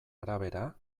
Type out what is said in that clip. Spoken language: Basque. arabera